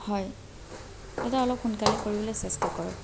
হয় দাদা অলপ সোনকালে কৰিবলৈ চেষ্টা কৰক